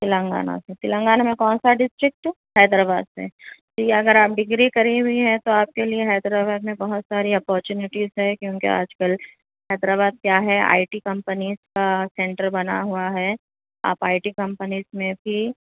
تلنگانہ سے تلنگانہ میں کون سا ڈسٹرکٹ حیدرآباد سے جی اگر آپ ڈگری کری ہوئی ہیں تو آپ کے لیے حیدرآباد میں بہت ساری اپارچونیٹیز ہیں کیونکہ آج کل حیدرآباد کیا ہے آئی ٹی کمپنیز کا سینٹر بنا ہوا ہے آپ آئی ٹی کمپنیز میں بھی